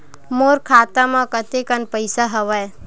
मोर खाता म कतेकन पईसा हवय?